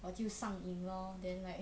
我就上瘾 lor then like